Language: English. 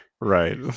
Right